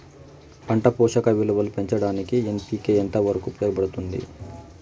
పంట పోషక విలువలు పెంచడానికి ఎన్.పి.కె ఎంత వరకు ఉపయోగపడుతుంది